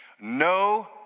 No